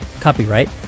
Copyright